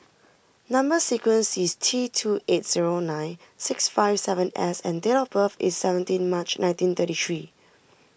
Number Sequence is T two eight zero nine six five seven S and date of birth is seventeen March nineteen thirty three